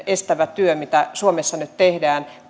estävä työ mitä suomessa nyt tehdään